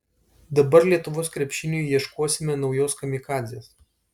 dabar lietuvos krepšiniui ieškosime naujos kamikadzės